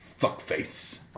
Fuckface